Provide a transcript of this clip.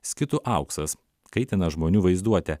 skitų auksas kaitina žmonių vaizduotę